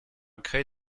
créé